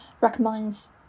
recommends